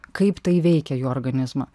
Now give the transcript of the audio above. kaip tai veikia jų organizmą